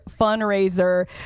Fundraiser